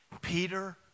Peter